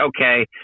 okay